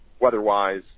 weather-wise